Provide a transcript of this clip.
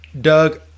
Doug